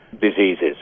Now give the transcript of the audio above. diseases